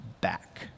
back